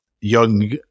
young